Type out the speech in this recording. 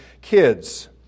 kids